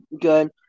good